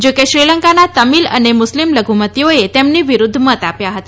જો કે શ્રીલંકાના તમિલ અને મુસ્લિમ લઘુમતીઓએ તેમની વિરૂદ્ધ મત આપ્યા હતા